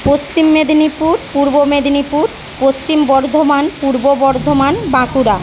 Paschim Medinipur Purba Medinipur Paschim Bardhaman Purba Bardhaman Bankura